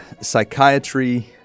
psychiatry